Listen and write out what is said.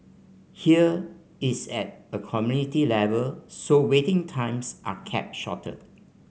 here it's at a community level so waiting times are kept shorter